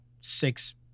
six